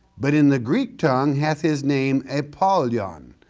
but in the greek tongue, hath his name apollyon,